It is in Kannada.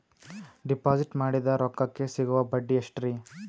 ಡಿಪಾಜಿಟ್ ಮಾಡಿದ ರೊಕ್ಕಕೆ ಸಿಗುವ ಬಡ್ಡಿ ಎಷ್ಟ್ರೀ?